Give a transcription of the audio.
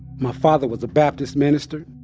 my father was a baptist minister.